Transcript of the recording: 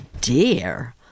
dear